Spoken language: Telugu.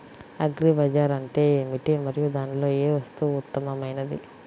అగ్రి బజార్ అంటే ఏమిటి మరియు దానిలో ఏ వస్తువు ఉత్తమమైనది?